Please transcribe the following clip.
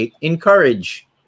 encourage